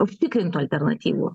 užtikrintų alternatyvų